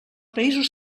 països